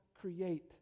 create